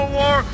war